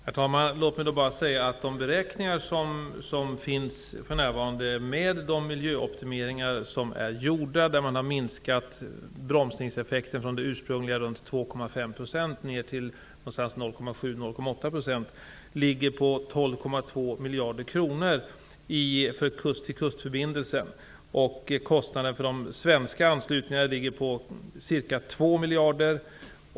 Herr talman! Låt mig bara säga att de beräkningar som för närvarande finns, med de miljöoptimeringar som är gjorda -- man har minskat bromsningseffekten från runt 2,5 %, vilket var det ursprungliga, till ca 0,8 %-- visar på en kostnad på 12,2 miljarder kronor för kust-till-kustförbindelsen. Kostnaderna för de svenska anslutningarna ligger på ca 2 miljarder.